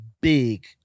big